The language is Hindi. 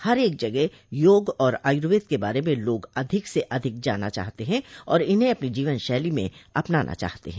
हरेक जगह योग और आयुर्वेद के बारे में लोग अधिक से अधिक जानना चाहते हैं और इन्हें अपनी जीवन शैली में अपनाना चाहते हैं